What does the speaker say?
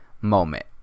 moment